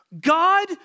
God